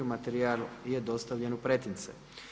Materijal je dostavljen u pretince.